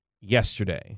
yesterday